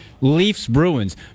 Leafs-Bruins